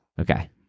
Okay